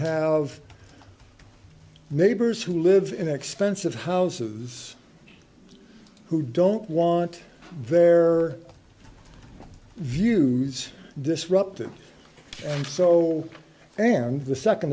of neighbors who live in expensive houses who don't want their views disrupted so and the second